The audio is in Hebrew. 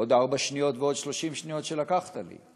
עוד ארבע שניות ועוד 30 שניות שלקחת לי.